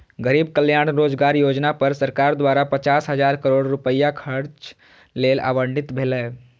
गरीब कल्याण रोजगार योजना पर सरकार द्वारा पचास हजार करोड़ रुपैया खर्च लेल आवंटित भेलै